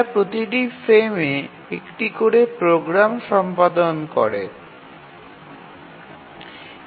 এরা প্রতিটি ফ্রেমে একটি করে প্রোগ্রাম সম্পাদন শুরু করে